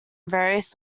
various